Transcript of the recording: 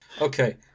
Okay